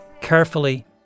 carefully